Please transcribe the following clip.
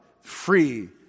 free